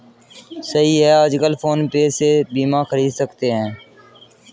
सही है आजकल फ़ोन पे से बीमा ख़रीद सकते हैं